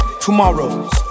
tomorrows